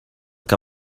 que